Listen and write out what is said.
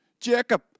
Jacob